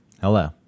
Hello